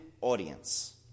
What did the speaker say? audience